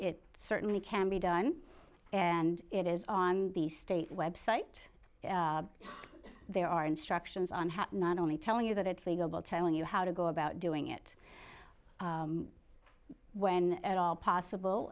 it certainly can be done and it is on the state website there are instructions on how to not only telling you that it's legal telling you how to go about doing it when at all possible